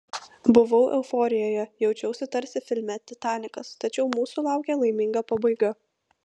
buvau euforijoje jaučiausi tarsi filme titanikas tačiau mūsų laukė laiminga pabaiga